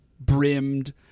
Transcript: brimmed